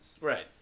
Right